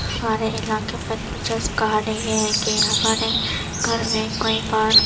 ہمارے علاقے میں دلچسپ کہانی یہ ہے کہ ہمارے گھر میں کئی بار